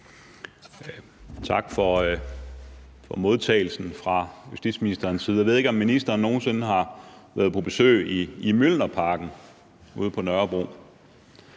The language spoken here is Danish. Tak for modtagelsen fra justitsministerens side. Jeg ved ikke, om ministeren nogen sinde har været på besøg i Mjølnerparken ude på Nørrebro.